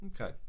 Okay